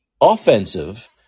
offensive